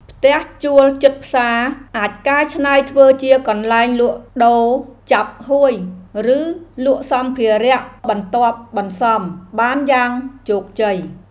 ផ្ទះជួលជិតផ្សារអាចកែច្នៃធ្វើជាកន្លែងលក់ដូរចាប់ហួយឬលក់សម្ភារៈបន្ទាប់បន្សំបានយ៉ាងជោគជ័យ។